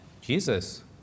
Jesus